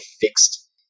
fixed